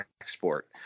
export